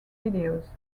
videos